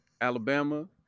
alabama